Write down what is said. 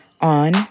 on